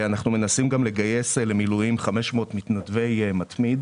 אנחנו גם מנסים לגייס למילואים 500 מתנדבי מתמיד